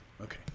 Okay